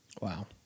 Wow